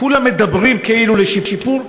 כולם מדברים כאילו על שיפור,